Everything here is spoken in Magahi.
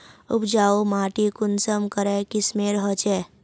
उपजाऊ माटी कुंसम करे किस्मेर होचए?